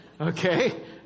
okay